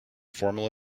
formal